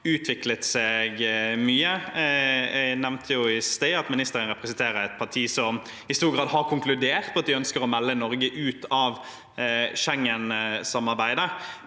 utviklet seg mye. Jeg nevnte i sted at ministeren representerer et parti som i stor grad har konkludert med at de ønsker å melde Norge ut av Schengen-samarbeidet.